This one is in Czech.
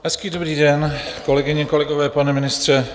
Hezký dobrý den, kolegyně, kolegové, pane ministře.